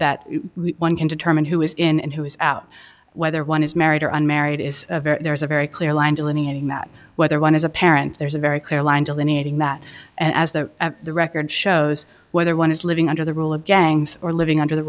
that one can determine who is in and who is out whether one is married or unmarried is a very there is a very clear line delineating that whether one is a parent there is a very clear line delineating that and as that the record shows whether one is living under the rule of gangs or living under the